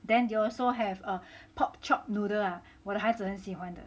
then they also have a pork chop noodle ah 我的孩子很喜欢的